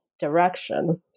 direction